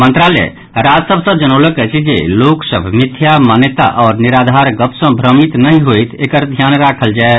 मंत्रालय राज्य सभ सॅ जनौलक अछि जे लोक सभ मिथ्या मान्यता आओर निराधार गप सॅ भ्रमित नहि होथि एकर ध्यान राखल जाय